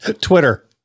Twitter